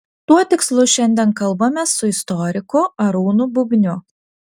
tuo tikslu šiandien kalbamės su istoriku arūnu bubniu